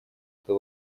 это